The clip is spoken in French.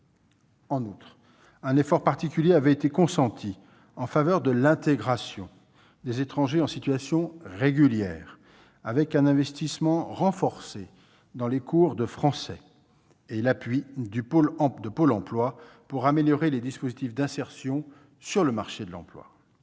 En outre, un effort particulier avait été consenti en faveur de l'intégration des étrangers en situation régulière, avec un investissement renforcé dans les cours de français et l'appui de Pôle emploi pour améliorer les dispositifs d'insertion sur le marché de l'emploi.